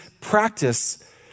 practice